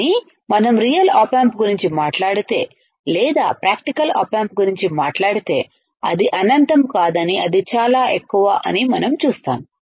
కానీ మనం real op amp గురించి మాట్లాడితే లేదా ప్రాక్టికల్ ఆప్ ఆంప్ గురించి మాట్లాడితే అది అనంతం కాదని అది చాలా ఎక్కువ అని మనం చూస్తాము